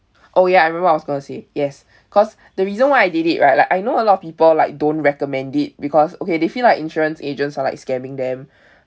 oh ya I remember what I was going to say yes because the reason why I did it right like I know a lot of people like don't recommend it because okay they feel like insurance agents are like scamming them